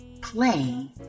play